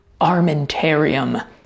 armentarium